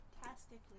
fantastically